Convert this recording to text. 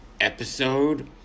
episode